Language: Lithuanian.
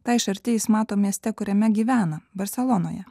tą iš arti jis mato mieste kuriame gyvena barselonoje